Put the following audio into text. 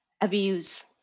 abuse